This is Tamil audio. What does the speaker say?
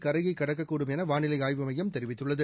கரையைக் கடக்கக்கூடும் என வானிலை ஆய்வு மையம் தெரிவித்துள்ளது